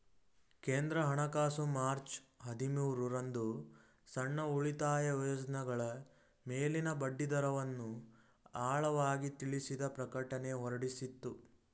ಕೇಂದ್ರ ಹಣಕಾಸು ಮಾರ್ಚ್ ಹದಿಮೂರು ರಂದು ಸಣ್ಣ ಉಳಿತಾಯ ಯೋಜ್ನಗಳ ಮೇಲಿನ ಬಡ್ಡಿದರವನ್ನು ಆಳವಾಗಿ ತಿಳಿಸಿದ ಪ್ರಕಟಣೆ ಹೊರಡಿಸಿತ್ತು